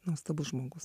nuostabus žmogus